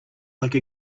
like